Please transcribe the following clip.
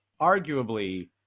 arguably